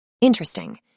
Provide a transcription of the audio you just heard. Interesting